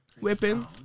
whipping